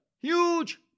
huge